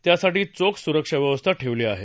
त्यासाठी चोख सुरक्षा व्यवस्था ठेवली आहे